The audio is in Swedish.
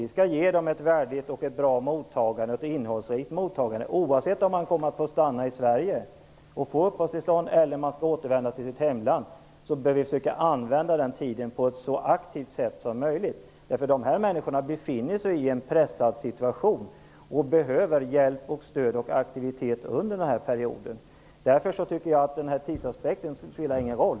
Vi skall ge dessa människor ett värdigt, bra och innehållsrikt mottagande oavsett om de kommer att få uppehållstillstånd för att stanna i Sverige eller om de skall återvända till sitt hemland. Tiden bör användas på ett så aktivt sätt som möjligt. Dessa människor befinner sig i en pressad situation. De behöver hjälp, stöd och aktivitet under den här perioden. Jag tycker därför att tidsaspekten inte spelar någon roll.